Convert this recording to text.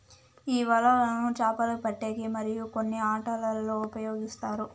ఈ వలలను చాపలు పట్టేకి మరియు కొన్ని ఆటలల్లో ఉపయోగిస్తారు